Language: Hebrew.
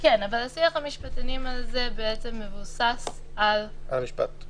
כן, אבל שיח המשפטנים הזה מבוסס על -- על המשפט.